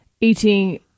eating